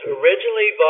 originally